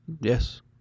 Yes